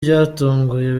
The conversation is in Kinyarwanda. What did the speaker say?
byatunguye